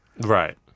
Right